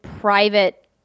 private